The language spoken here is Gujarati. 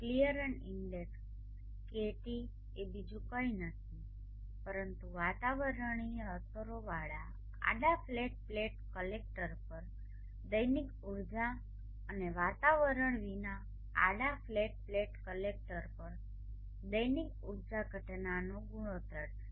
ક્લિયરન્સ ઇન્ડેક્સ KT એ બીજું કંઇ નથી પરંતુ વાતાવરણીય અસરોવાળા આડા ફ્લેટ પ્લેટ કલેક્ટર પર દૈનિક ઊર્જા અને વાતાવરણ વિના આડા ફ્લેટ પ્લેટ કલેક્ટર પર દૈનિક ઉર્જા ઘટનાનો ગુણોત્તર છે